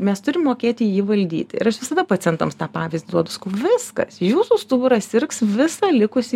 mes turim mokėti jį valdyti ir aš visada pacientams tą pavyzdį duodu sakau viskas jūsų stuburas sirgs visą likusį